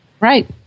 Right